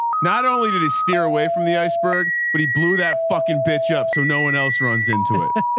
not only did he steer away from the iceberg, but he blew that fucking bitch up. so no one else runs into it.